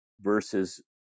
versus